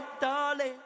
darling